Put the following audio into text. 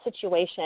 situation